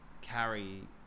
carry